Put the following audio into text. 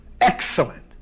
excellent